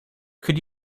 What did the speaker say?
could